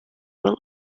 will